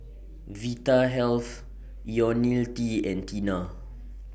Vitahealth Ionil T and Tena